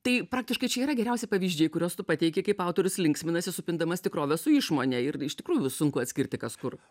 tai praktiškai čia yra geriausi pavyzdžiai kuriuos tu pateiki kaip autorius linksminasi supindamas tikrovę su išmone ir iš tikrųjų sunku atskirti kas kur